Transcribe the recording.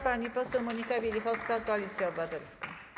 Pani poseł Monika Wielichowska, Koalicja Obywatelska.